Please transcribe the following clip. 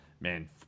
Man